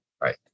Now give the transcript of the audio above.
Right